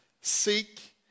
Seek